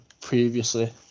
previously